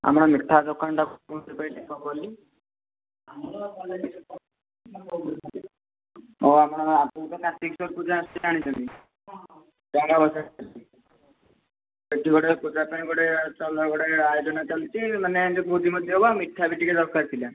ଆପଣଙ୍କ ମିଠା ଦୋକାନଟା କେଉଁଠି କହିଲେ କେଉଁ ଗଳି ହଉ ଆପଣ ଆଗକୁ ତ କାର୍ତ୍ତିକେଶ୍ୱର ପୂଜା ଆସୁଛି ଜାଣିଛନ୍ତି ଡଙ୍ଗା ଭସା ଚାଲିଛି ସେଠି ଗୋଟିଏ ପୂଜା ପାଇଁ ଗୋଟିଏ ଚଲ ଗୋଟିଏ ଆୟୋଜନ ଚାଲିଛି ମାନେ ଏମତି ଭୋଜି ମଧ୍ୟ ହବ ଆଉ ମିଠା ବି ଟିକିଏ ଦରକାର ଥିଲା